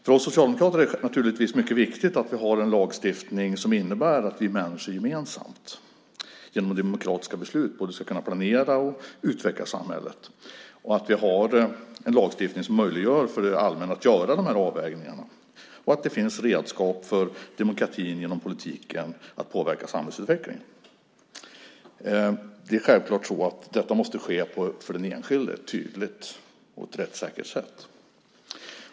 För oss socialdemokrater är det naturligtvis mycket viktigt att vi har en lagstiftning som innebär att vi människor gemensamt genom demokratiska beslut kan både planera och utveckla samhället och som gör det möjligt för det allmänna att göra de här avvägningarna samt att det finns redskap för demokratin när det gäller att genom politiken påverka samhällsutvecklingen. Självklart måste detta ske på ett för den enskilde tydligt och rättssäkert sätt.